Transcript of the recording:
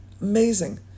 Amazing